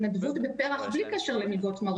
בלי קשר למלגות מרום.